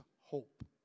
hope